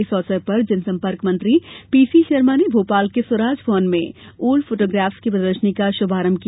इस अवसर पर जनसम्पर्क मंत्री पीसी शर्मा ने भोपाल के स्वराज भवन में ओल्ड फोटोग्राफ्स की प्रदर्शनी का शुभारंभ किया